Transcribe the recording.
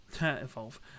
Evolve